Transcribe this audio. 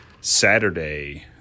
Saturday